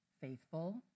faithful